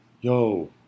yo